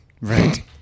Right